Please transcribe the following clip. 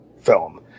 film